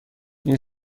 این